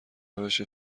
روش